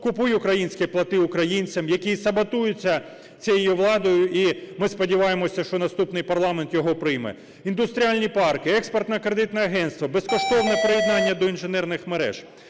"Купуй українське, плати українцям", який саботується цією владою, і, ми сподіваємося, що наступний парламент його прийме. Індустріальні парки, Експортне-кредитне агентство, безкоштовне приєднання до інженерних мереж.